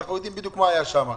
אנחנו יודעים בדיוק מה היה שם.